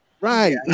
Right